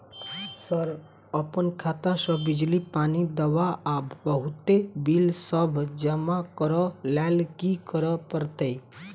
Sir अप्पन खाता सऽ बिजली, पानि, दवा आ बहुते बिल सब जमा करऽ लैल की करऽ परतै?